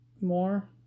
more